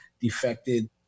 defected